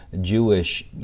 Jewish